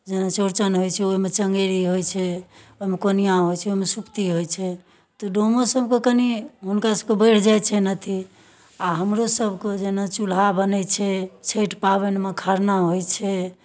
जेना चौड़चन होइ छै ओहिमे चङेरी होइ छै ओहिमे कोनिआँ होइ छै ओहिमे सुप्ती होइ छै तऽ डोमोसभके कनि हुनकरसभके बढ़ि जाइ छनि अथि आ हमरोसभके जेना चूल्हा बनै छै छठि पाबनिमे खरना होइ छै